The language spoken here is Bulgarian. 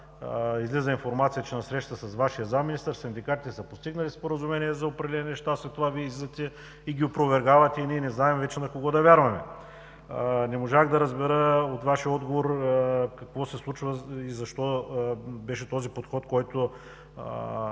излиза информация, че на среща между Вашия заместник-министър със синдикатите е постигнато споразумение за определени неща. След това Вие излизате и ги опровергавате. Ние не знаем вече на кого да вярваме. Не можах да разбера от Вашия отговор какво се случва и защо беше подходът, който